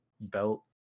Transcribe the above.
belt